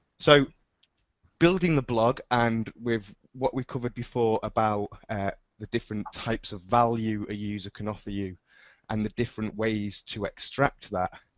so building the blog and with we covered before about the different types of value a user can offer you and the different ways to extrac that,